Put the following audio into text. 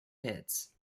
hits